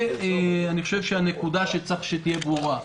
אני חושב שזו הנקודה שצריך שתהיה ברורה.